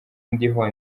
ndiho